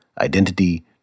identity